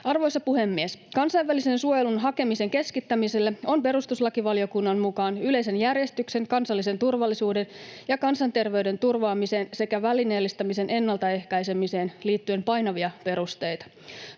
Arvoisa puhemies! Kansainvälisen suojelun hakemisen keskittämiselle on perustuslakivaliokunnan mukaan yleisen järjestyksen, kansallisen turvallisuuden ja kansanterveyden turvaamiseen sekä välineellistämisen ennaltaehkäisemiseen liittyen painavia perusteita.